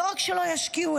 שלא רק שלא ישקיעו,